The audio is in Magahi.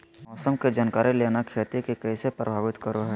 मौसम के जानकारी लेना खेती के कैसे प्रभावित करो है?